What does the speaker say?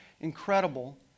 incredible